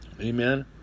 Amen